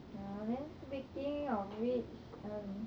err then speaking of which um